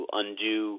undo